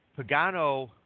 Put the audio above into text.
Pagano